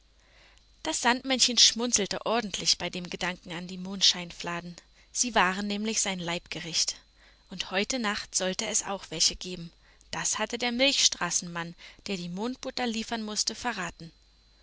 das sandmännchen schmunzelte ordentlich bei dem gedanken an die mondscheinfladen sie waren nämlich sein leibgericht und heute nacht sollte es auch welche geben das hatte der milchstraßenmann der die mondbutter liefern muß verraten